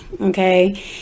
okay